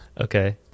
Okay